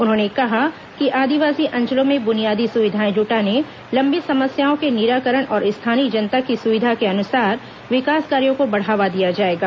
उन्होंने कहा कि आदिवासी अंचलों में बुनियादी सुविधाएं जुटाने लंबित समस्याओं के निराकरण और स्थानीय जनता की सुविधा के अनुसार विकास कार्यो को बढ़ावा दिया जाएगा